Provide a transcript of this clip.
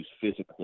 physically